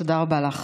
תודה רבה לך.